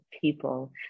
people